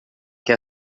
que